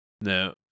No